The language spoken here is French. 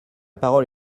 parole